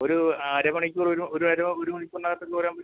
ഒരു അരമണിക്കൂറിന് ഒരു അര ഒരു മണിക്കൂറിനകത്ത് ഇങ്ങ് വരാന്